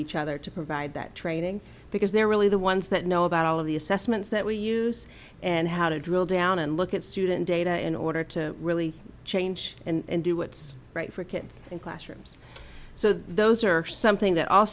each other to provide that training because they're really the ones that know about all of the assessments that we use and how to drill down and look at student data in order to really change and do what's right for kids in classrooms so those are something that all